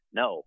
no